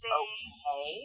okay